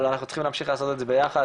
אבל אנחנו צריכים להמשיך לעשות את זה ביחד,